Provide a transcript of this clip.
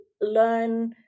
learn